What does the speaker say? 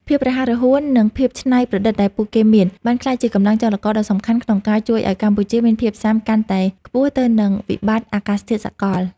ភាពរហ័សរហួន និងភាពច្នៃប្រឌិតដែលពួកគេមាន បានក្លាយជាកម្លាំងចលករដ៏សំខាន់ក្នុងការជួយឱ្យកម្ពុជាមានភាពស៊ាំកាន់តែខ្ពស់ទៅនឹងវិបត្តិអាកាសធាតុសកល។